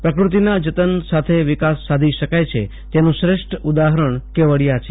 પ્રકૃતિના જતન સાથે વિકાસ સાધી શકાય છે તેનું શ્રેષ્ઠ ઉદાહરણ કેવડિયા છે